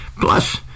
plus